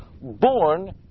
born